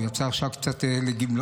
הוא יצא עכשיו קצת לגמלאות,